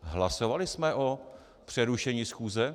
Hlasovali jsme o přerušení schůze?